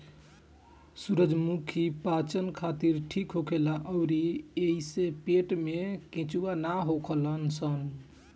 सूरजमुखी पाचन खातिर ठीक होखेला अउरी एइसे पेट में केचुआ ना होलन सन